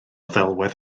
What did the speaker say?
ddelwedd